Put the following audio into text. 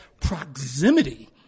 proximity